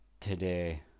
today